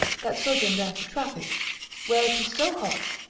that sojourn there for traffic where it is so hot,